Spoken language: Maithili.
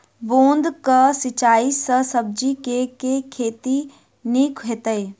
बूंद कऽ सिंचाई सँ सब्जी केँ के खेती नीक हेतइ?